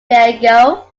diego